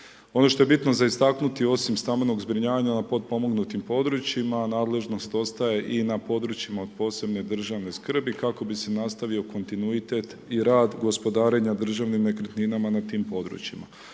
Ono što je bitno za istaknuti, osim stambenog zbrinjavanja na potpomognutim područjima, nadležnost ostaje i na područjima od posebne državne skrbi, kako bi se nastavio kontinuitet i rad gospodarenja državnim nekretninama na tim područjima.